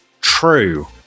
True